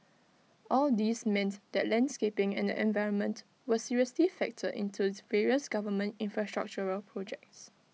all these meant that landscaping and the environment were seriously factored into various government infrastructural projects